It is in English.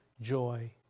joy